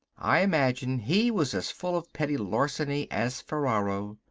i imagine he was as full of petty larceny as ferraro.